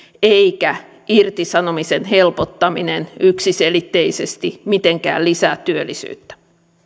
eikä irtisanomisen helpottaminen yksiselitteisesti mitenkään lisää työllisyyttä